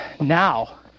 now